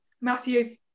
Matthew